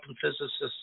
physicists